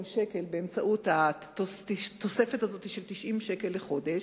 שקלים באמצעות התוספת הזאת של 90 שקלים לחודש.